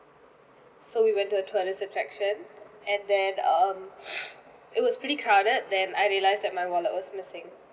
so we went to a tourist attraction and then um it was pretty crowded then I realised that my wallet was missing